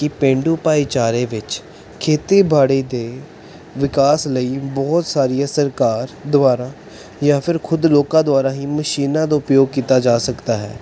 ਕਿ ਪੇਂਡੂ ਭਾਈਚਾਰੇ ਵਿੱਚ ਖੇਤੀਬਾੜੀ ਦੇ ਵਿਕਾਸ ਲਈ ਬਹੁਤ ਸਾਰੀਆਂ ਸਰਕਾਰ ਦੁਆਰਾ ਜਾਂ ਫਿਰ ਖੁਦ ਲੋਕਾਂ ਦੁਆਰਾ ਹੀ ਮਸ਼ੀਨਾਂ ਦਾ ਉਪਯੋਗ ਕੀਤਾ ਜਾ ਸਕਦਾ ਹੈ